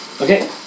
Okay